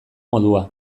modua